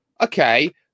okay